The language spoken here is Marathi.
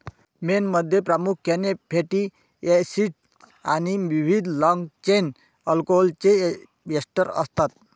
मेणमध्ये प्रामुख्याने फॅटी एसिडस् आणि विविध लाँग चेन अल्कोहोलचे एस्टर असतात